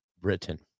Britain